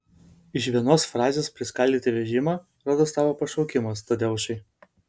iš vienos frazės priskaldyti vežimą rodos tavo pašaukimas tadeušai